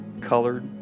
colored